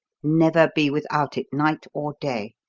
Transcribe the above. never be without it night or day,